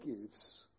gives